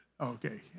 okay